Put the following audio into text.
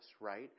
right